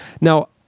Now